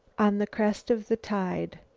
on the crest of the tide.